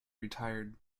retired